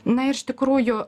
na iš tikrųjų